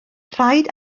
rhaid